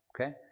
Okay